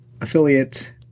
affiliate